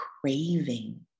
craving